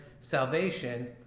salvation